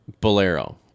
Bolero